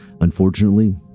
Unfortunately